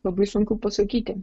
labai sunku pasakyti